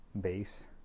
base